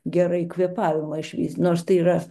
gerai kvėpavimą išvys nors tai yra